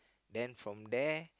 then from there